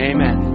Amen